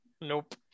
Nope